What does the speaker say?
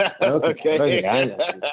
Okay